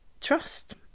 trust